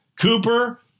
Cooper